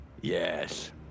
Yes